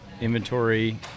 inventory